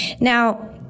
Now